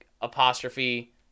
apostrophe